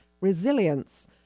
Resilience